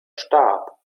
starb